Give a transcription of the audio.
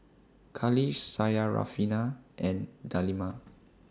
Khalish Syarafina and Delima